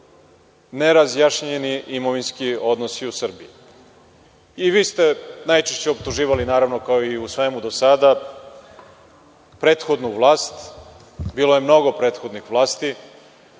nerazjašnjeni imovinski odnosi u Srbiji. Vi ste najčešće optuživali, naravno kao i svemu do sada, prethodnu vlast. Bilo je mnogo prethodnih vlasti,